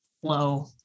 flow